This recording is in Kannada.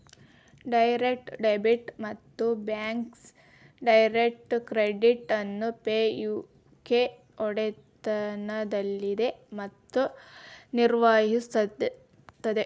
ಡೈರೆಕ್ಟ್ ಡೆಬಿಟ್ ಮತ್ತು ಬ್ಯಾಕ್ಸ್ ಡೈರೆಕ್ಟ್ ಕ್ರೆಡಿಟ್ ಅನ್ನು ಪೇ ಯು ಕೆ ಒಡೆತನದಲ್ಲಿದೆ ಮತ್ತು ನಿರ್ವಹಿಸುತ್ತದೆ